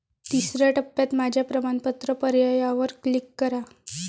तिसर्या टप्प्यात माझ्या प्रमाणपत्र पर्यायावर क्लिक करा